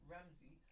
Ramsey